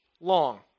long